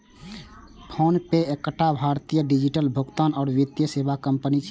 PhonePe एकटा भारतीय digital भुगतान आ वित्तीय सेवा कंपनी छियै